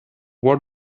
what